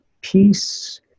peace